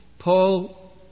Paul